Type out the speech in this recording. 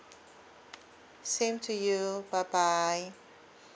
same to you bye bye